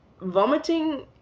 vomiting